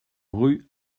rue